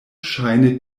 ŝajne